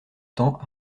temps